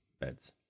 beds